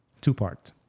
Two-part